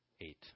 Eight